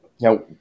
Now